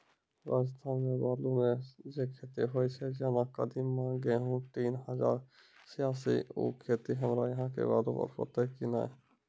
राजस्थान मे बालू मे जे खेती होय छै जेना कदीमा, गेहूँ तीन हजार छियासी, उ खेती हमरा यहाँ के बालू पर होते की नैय?